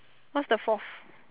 what's the fourth